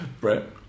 Brett